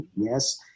yes